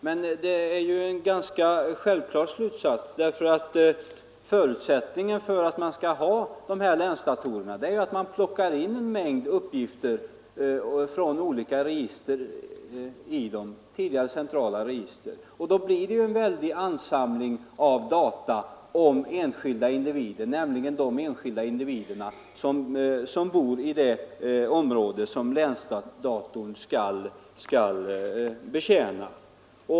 Men min slutsats är ganska självklar, därför att själva förutsättningen för länsdatorerna är ju att man plockar in en mängd uppgifter från tidigare centrala register i dem. Då blir det ju en väldig ansamling uppgifter om enskilda individer, nämligen de enskilda individer som bor i det område som länsdatorn skall betjäna.